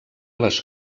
les